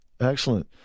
Excellent